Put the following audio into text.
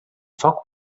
foc